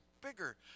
bigger